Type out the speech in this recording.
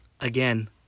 Again